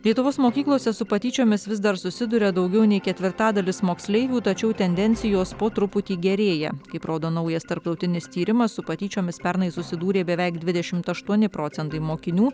lietuvos mokyklose su patyčiomis vis dar susiduria daugiau nei ketvirtadalis moksleivių tačiau tendencijos po truputį gerėja kaip rodo naujas tarptautinis tyrimas su patyčiomis pernai susidūrė beveik dvidešimt aštuoni procentai mokinių